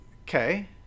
Okay